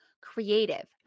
creative